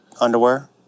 underwear